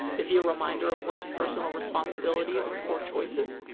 is he a reminder of one's personal responsibilities and poor choices?